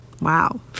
Wow